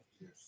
Yes